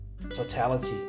totality